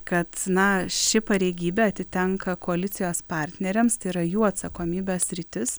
kad na ši pareigybė atitenka koalicijos partneriams tai yra jų atsakomybės sritis